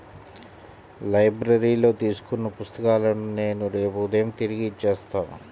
లైబ్రరీలో తీసుకున్న పుస్తకాలను నేను రేపు ఉదయం తిరిగి ఇచ్చేత్తాను